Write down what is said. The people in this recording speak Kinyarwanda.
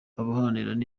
abaharanira